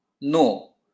No